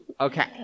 Okay